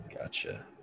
Gotcha